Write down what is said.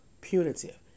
punitive